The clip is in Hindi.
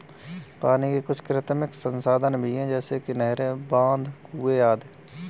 पानी के कुछ कृत्रिम संसाधन भी हैं जैसे कि नहरें, बांध, कुएं आदि